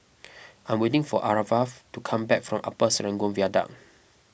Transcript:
I am waiting for Aarav to come back from Upper Serangoon Viaduct